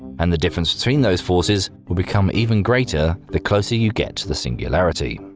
and the difference between those forces will become even greater the closer you get to the singularity.